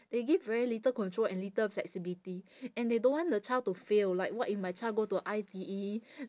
they give very little control and little flexibility and they don't want the child to fail like what if my child go to I_T_E